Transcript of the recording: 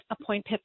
appoint